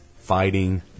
fighting